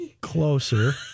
closer